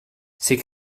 ces